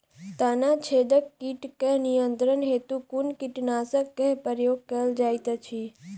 तना छेदक कीट केँ नियंत्रण हेतु कुन कीटनासक केँ प्रयोग कैल जाइत अछि?